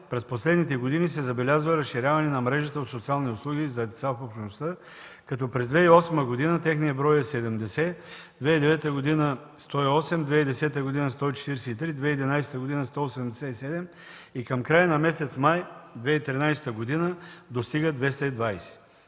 през последните години се забелязва разширяване на мрежата от социални услуги за деца в общността, като през 2008 г. техният брой е 70, през 2009 г. – 108, през 2010 г. – 143, през 2011 г. – 187 и към края на месец май 2013 г. достигат 220.